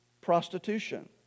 prostitution